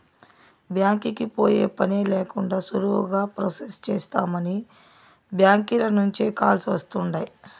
బ్యాంకీకి పోయే పనే లేకండా సులువుగా ప్రొసెస్ చేస్తామని బ్యాంకీల నుంచే కాల్స్ వస్తుండాయ్